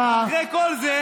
אמרתם: נורבגי זה מושחת.